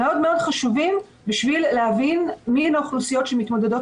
הם נתונים חשובים מאוד כדי להבין מי הן האוכלוסיות שמתמודדות